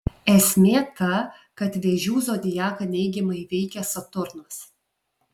esmė ta kad vėžių zodiaką neigiamai veikia saturnas